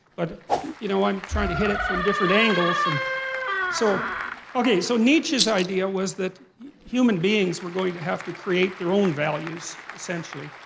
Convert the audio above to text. but you know, i'm trying to hit it from different angles. and so so nietzsche's idea was that human beings were going to have to create their own values, essentially.